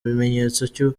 ibimenyetso